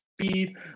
speed